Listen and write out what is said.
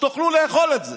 שתוכלו לאכול את זה,